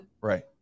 Right